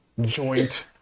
joint